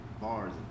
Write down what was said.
bars